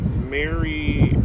Mary